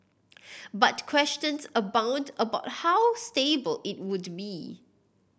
but questions abound about how stable it would be